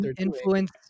influence